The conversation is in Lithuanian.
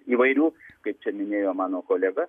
įvairių kaip čia minėjo mano kolega